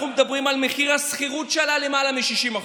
אנחנו מדברים על מחיר השכירות שעלה בלמעלה מ-60%.